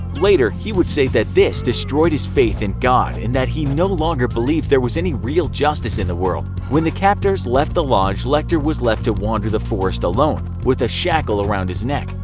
later, he would say that this destroyed his faith in god, and that he no longer believed there was any real justice in the world. when the captors left the lodge, lecter was left to wander the forest alone with a shackle around his neck.